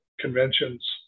conventions